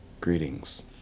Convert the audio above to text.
Greetings